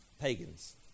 Pagans